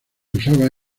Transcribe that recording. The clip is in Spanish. usaba